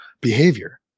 behavior